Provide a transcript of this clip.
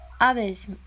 others